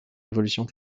évolutions